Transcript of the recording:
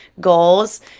goals